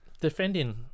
defending